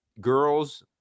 girls